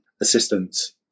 assistance